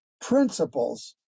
principles